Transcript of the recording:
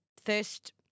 first